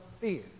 fear